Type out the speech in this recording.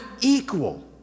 equal